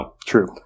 True